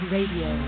Radio